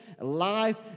life